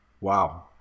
Wow